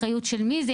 אחריות של מי זה,